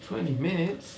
twenty minutes